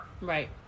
Right